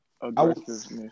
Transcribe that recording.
aggressiveness